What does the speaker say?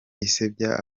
isebya